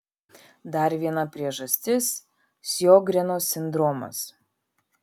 dar viena priežastis sjogreno sindromas